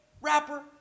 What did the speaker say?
Rapper